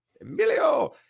Emilio